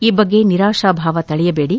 ಈ ಬಗ್ಗೆ ನಿರಾಶಭಾವ ತಳೆಯಬೇಡಿ